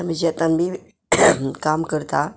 आमी शेतान बी काम करता